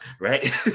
Right